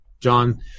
John